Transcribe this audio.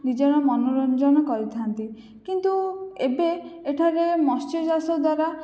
ନିଜର ମନୋରଞ୍ଜନ କରିଥାନ୍ତି କିନ୍ତୁ ଏବେ ଏଠାରେ ମତ୍ସ୍ୟଚାଷ ଦ୍ଵାରା